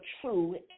true